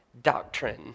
doctrine